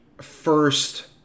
first